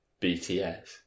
BTS